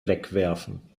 wegwerfen